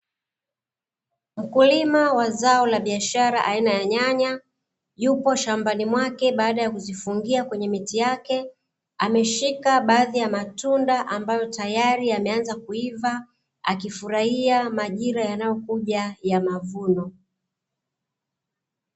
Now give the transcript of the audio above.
Mkulima wa zao la biashara aina ya nyanya, yupo shambani mwake baada ya kuzifungia kwenye miti yake, ameshika baadhi ya matunda ambayo tayari yameanza kuiva, akifurahia majira yanayokuja ya mavuno.